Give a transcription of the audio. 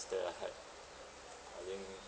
that I had ah I think